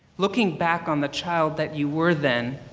looking back on the child that you were then.